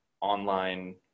online